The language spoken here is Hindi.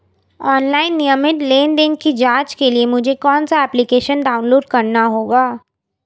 ऑनलाइन नियमित लेनदेन की जांच के लिए मुझे कौनसा एप्लिकेशन डाउनलोड करना होगा?